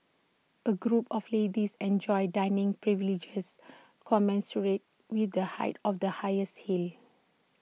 A group of ladies enjoys dining privileges commensurate with the height of the highest heel